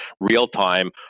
real-time